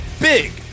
big